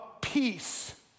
peace